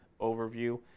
overview